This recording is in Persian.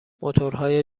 موتورهای